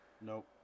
Nope